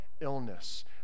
illness